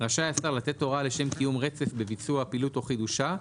רשאי השר לתת הוראה לשם קיום רצף בביצוע הפעילות או חידושה,